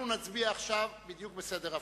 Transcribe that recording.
אנחנו נצביע עכשיו בדיוק בסדר הפוך.